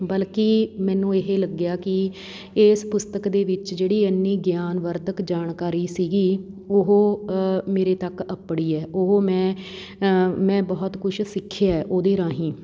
ਬਲਕਿ ਮੈਨੂੰ ਇਹ ਲੱਗਿਆ ਕਿ ਇਸ ਪੁਸਤਕ ਦੇ ਵਿੱਚ ਜਿਹੜੀ ਇੰਨੀ ਗਿਆਨਵਰਤਕ ਜਾਣਕਾਰੀ ਸੀਗੀ ਉਹ ਮੇਰੇ ਤੱਕ ਅੱਪੜੀ ਹੈ ਉਹ ਮੈਂ ਮੈਂ ਬਹੁਤ ਕੁਛ ਸਿੱਖਿਆ ਉਹਦੇ ਰਾਹੀਂ